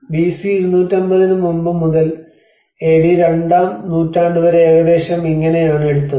BC 250 ന് മുമ്പ് മുതൽ എ ഡി രണ്ടാം നൂറ്റാണ്ട് വരെ ഏകദേശം ഇങ്ങനെയാണ് എടുത്തത്